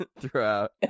throughout